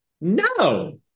no